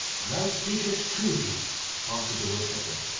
thou speakest truly answered the woodcutter,